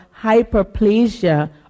hyperplasia